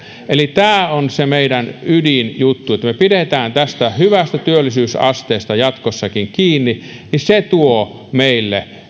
eli tämä on se meidän ydinjuttumme että kun me pidämme tästä hyvästä työllisyysasteesta jatkossakin kiinni niin se tuo meille